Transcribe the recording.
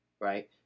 right